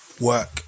work